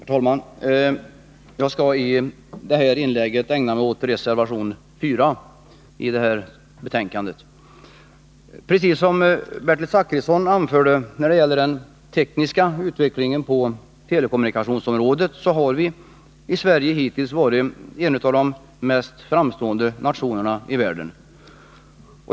Herr talman! Jag skall i det här inlägget ägna mig åt reservation 4. Sverige har, som Bertil Zachrisson sade, varit en av de mest framstående nationerna i världen när det gäller den tekniska utvecklingen på telekommunikationsområdet.